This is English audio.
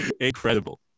Incredible